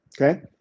Okay